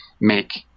make